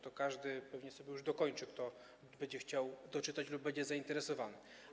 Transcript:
To każdy pewnie sobie już dokończy, jak będzie chciał doczytać lub będzie zainteresowany.